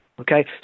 okay